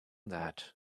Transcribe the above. that